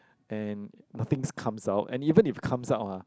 and nothing comes out and even if comes out ah